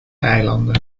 eilanden